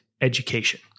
education